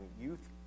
youth